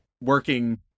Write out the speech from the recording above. working